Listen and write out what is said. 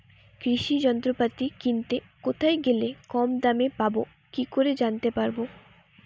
কৃষি যন্ত্রপাতি কিনতে কোথায় গেলে কম দামে পাব কি করে জানতে পারব?